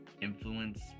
influence